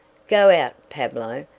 go out, pablo,